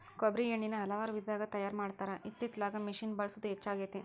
ಕೊಬ್ಬ್ರಿ ಎಣ್ಣಿನಾ ಹಲವಾರು ವಿಧದಾಗ ತಯಾರಾ ಮಾಡತಾರ ಇತ್ತಿತ್ತಲಾಗ ಮಿಷಿನ್ ಬಳಸುದ ಹೆಚ್ಚಾಗೆತಿ